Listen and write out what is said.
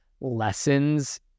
lessons